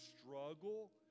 struggle